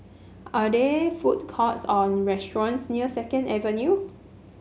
are there food courts or restaurants near Second Avenue